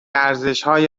ارزشهای